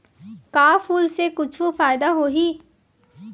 का फूल से कुछु फ़ायदा होही?